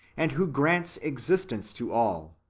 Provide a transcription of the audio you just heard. and who grants existence to all,